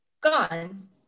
gone